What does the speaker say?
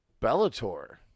Bellator